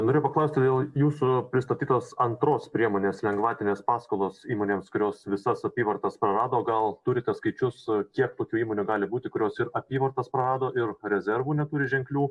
norėjau paklausti dėl jūsų pristatytos antros priemonės lengvatinės paskolos įmonėms kurios visas apyvartas prarado gal turite skaičius kiek tokių įmonių gali būti kurios ir apyvartas prarado ir rezervų neturi ženklių